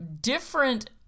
different